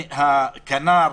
הכנ"ר